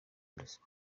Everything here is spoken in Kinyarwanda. ruswa